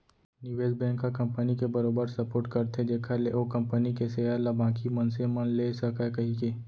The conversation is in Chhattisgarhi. निवेस बेंक ह कंपनी के बरोबर सपोट करथे जेखर ले ओ कंपनी के सेयर ल बाकी मनसे मन ले सकय कहिके